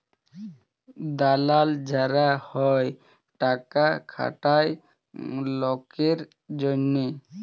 দালাল যারা হ্যয় টাকা খাটায় লকের জনহে